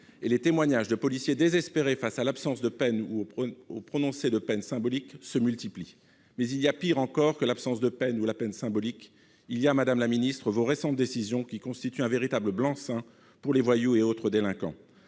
; les témoignages de policiers désespérés devant l'absence de peines ou le prononcé de peines symboliques se multiplient. Mais il y a pis encore que l'absence de peine ou la peine symbolique : vos récentes décisions, madame la ministre, constituent un véritable blanc-seing pour les voyous et autres délinquants.